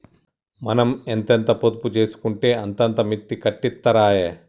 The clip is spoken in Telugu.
మనం ఎంతెంత పొదుపు జేసుకుంటే అంతంత మిత్తి కట్టిత్తరాయె